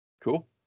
Cool